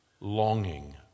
longing